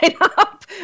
up